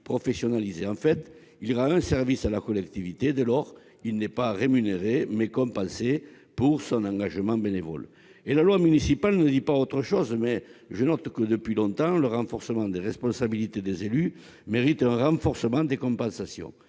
professionnalisée. L'élu rend service à la collectivité dès lors que son activité n'est pas rémunérée mais compensée, son engagement étant bénévole. La loi municipale ne dit pas autre chose ! Néanmoins, je note que, depuis longtemps, le renforcement des responsabilités des élus mérite un renforcement des compensations.